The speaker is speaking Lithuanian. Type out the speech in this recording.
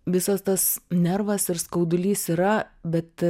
visas tas nervas ir skaudulys yra bet